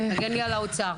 מגן לי על האוצר.